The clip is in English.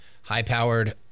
high-powered